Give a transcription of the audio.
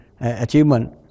achievement